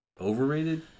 overrated